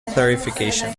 clarification